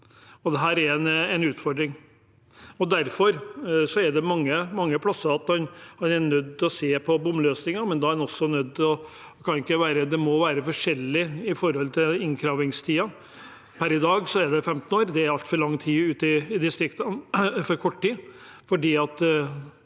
Dette er en utfordring, og derfor er det mange plasser hvor en er nødt til å se på bomløsninger, men det må være forskjellig når det gjelder innkrevingstiden. Per i dag er det 15 år. Det er altfor kort tid ute i distriktene fordi